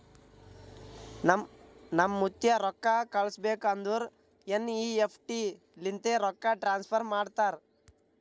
ನಮ್ ಮುತ್ತ್ಯಾ ರೊಕ್ಕಾ ಕಳುಸ್ಬೇಕ್ ಅಂದುರ್ ಎನ್.ಈ.ಎಫ್.ಟಿ ಲಿಂತೆ ರೊಕ್ಕಾ ಟ್ರಾನ್ಸಫರ್ ಮಾಡ್ತಾರ್